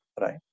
Right